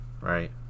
Right